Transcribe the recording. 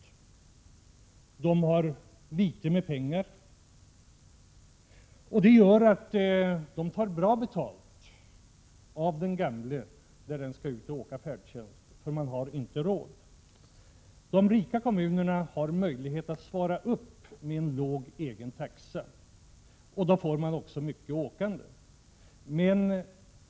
Kommunen har dåligt med pengar, och det gör att den tar bra betalt av de gamla när de skall åka med färdtjänsten, för kommunen har inte råd att betala. De rika kommunerna har möjlighet att svara upp med en låg egentaxa, och då får man också många åkande.